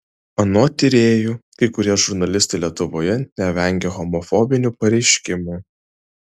anot tyrėjų kai kurie žurnalistai lietuvoje nevengia homofobinių pareiškimų